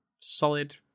Solid